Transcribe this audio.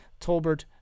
Tolbert